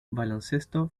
baloncesto